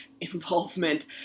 involvement